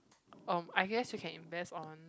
um I guess we can invest on